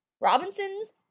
Robinson's